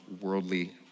worldly